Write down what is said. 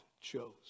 chose